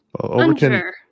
Overton